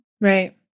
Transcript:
Right